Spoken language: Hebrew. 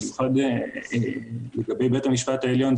במיוחד לגבי בית המשפט העליון,